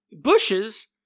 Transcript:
bushes